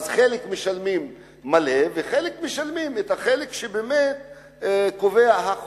חלק משלמים מלא וחלק משלמים את מה שקובע החוק.